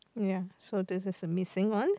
ya so this is a missing one